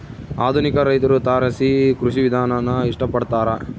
ಆಧುನಿಕ ರೈತ್ರು ತಾರಸಿ ಕೃಷಿ ವಿಧಾನಾನ ಇಷ್ಟ ಪಡ್ತಾರ